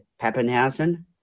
Pappenhausen